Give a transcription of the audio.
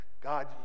God